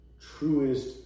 truest